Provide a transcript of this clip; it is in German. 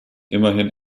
immerhin